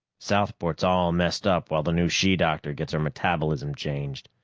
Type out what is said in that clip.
southport's all messed up while the new she-doctor gets her metabolism changed.